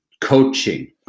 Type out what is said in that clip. coaching